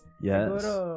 Yes